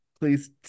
please